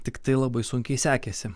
tiktai labai sunkiai sekėsi